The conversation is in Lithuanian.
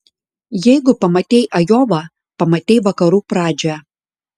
jeigu pamatei ajovą pamatei vakarų pradžią